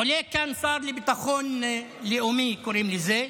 עולה כאן שר לביטחון לאומי, קוראים לזה,